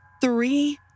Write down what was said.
three